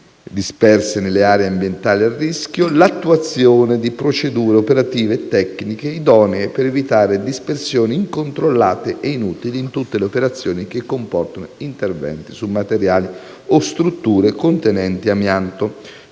aerodisperse nelle aree ambientali "a rischio"; l'attuazione di procedure operative e tecniche idonee per evitare dispersioni incontrollate e inutili in tutte le operazioni che comportano interventi su materiali o strutture contenenti amianto.